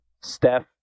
Steph